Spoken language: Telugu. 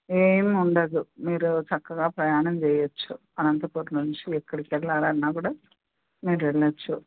ఏమి ఉండదు మీరు చక్కగా ప్రయాణం చేయవచ్చు అనంతపూర్ నుంచి ఎక్కడికి వెళ్లాలన్నా కూడా మీరు వెళ్ళవచ్చు